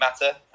matter